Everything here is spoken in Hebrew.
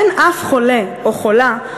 אין אף חולֶה, או חולָה,